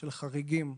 של חריגים.